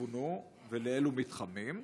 יפונו ולאילו מתחמים?